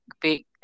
big